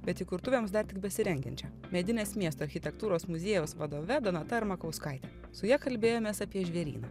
bet įkurtuvėms dar tik besirengiančio medinės miesto achitektūros muziejaus vadove donata armakauskaite su ja kalbėjomės apie žvėryną